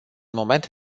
moment